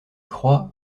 croient